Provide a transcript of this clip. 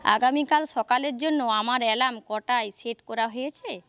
আগামীকাল সকালের জন্য আমার অ্যালার্ম কটায় সেট করা হয়েছে